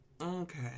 Okay